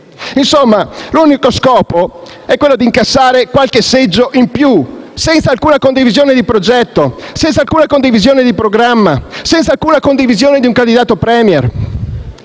Insomma, l'unico scopo è quello di incassare qualche seggio in più, senza alcuna condivisione di un progetto, senza alcuna condivisione di un programma, senza alcuna condivisione di un candidato *Premier*.